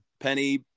Penny